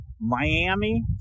Miami